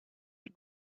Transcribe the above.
and